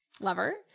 lover